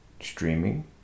streaming